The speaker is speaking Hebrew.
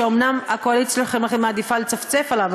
שאומנם הקואליציה שלכם מעדיפה לצפצף עליו,